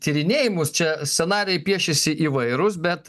tyrinėjimus čia scenarijai piešiasi įvairūs bet